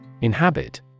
Inhabit